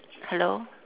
hello